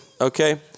Okay